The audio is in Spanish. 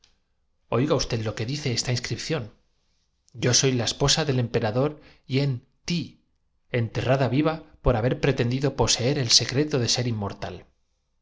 oiga usted lo que dice esta inscripción yo soy la esposa del emperador hien ti enterrada viva por haber pretendido poseer el secreto de ser inmortal